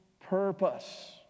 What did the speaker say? purpose